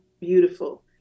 beautiful